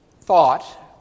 thought